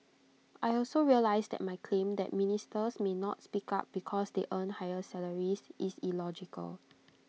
I also realise that my claim that ministers may not speak up because they earn high salaries is illogical